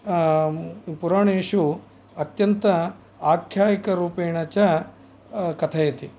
पुराणेषु अत्यन्त आख्यायिकरूपेण च कथयति